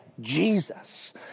Jesus